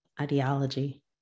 Ideology